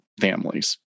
families